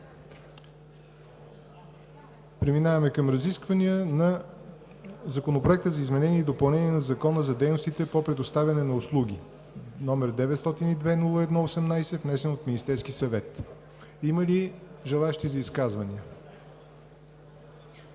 Откривам разискванията по Законопроект за изменение и допълнение на Закона за дейностите по предоставяне на услуги, № 902-01-18, внесен от Министерския съвет. Има ли желаещи за изказвания?